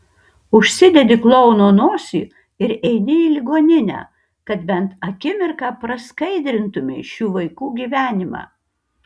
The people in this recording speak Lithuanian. užsidedi klouno nosį ir eini į ligoninę kad bent akimirką praskaidrintumei šių vaikų gyvenimą